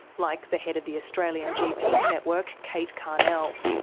like the head of the australian gps network kate carnell.